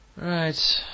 Right